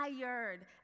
tired